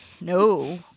No